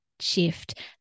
shift